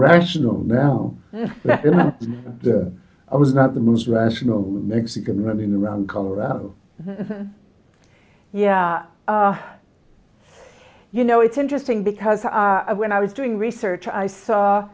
rational now i was not the most rational mexican running around colorado yeah you know it's interesting because when i was doing research i saw